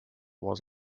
was